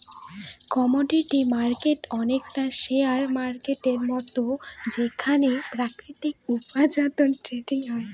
commodity market অনেকটা share মার্কেটের মতন যেখানে প্রাকৃতিক উপার্জনের ট্রেডিং হয়